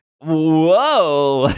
whoa